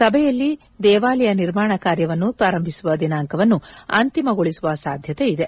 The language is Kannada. ಸಭೆಯಲ್ಲಿ ದೇವಾಲಯ ನಿರ್ಮಾಣ ಕಾರ್ಯವನ್ನು ಪ್ರಾರಂಭಿಸುವ ದಿನಾಂಕವನ್ನು ಅಂತಿಮಗೊಳಿಸುವ ಸಾಧ್ಯತೆ ಇದೆ